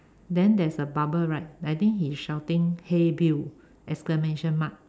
then there's a bubble right I think he's shouting hey Bill exclamation mark